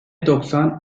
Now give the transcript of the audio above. doksan